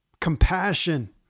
Compassion